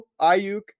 Ayuk